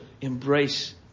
embrace